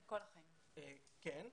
כן.